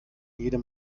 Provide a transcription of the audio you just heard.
jedem